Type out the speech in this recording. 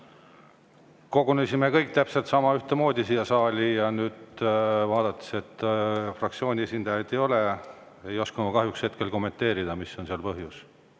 Kogunesime kõik täpselt samamoodi siia saali ja nüüd nähes, et fraktsiooni esindajaid ei ole, ei oska ma kahjuks hetkel kommenteerida, mis on selle põhjus.